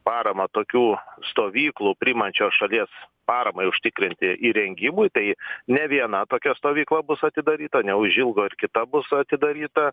paramą tokių stovyklų priimančios šalies paramai užtikrinti įrengimui tai ne viena tokia stovykla bus atidaryta neužilgo ir kita bus atidaryta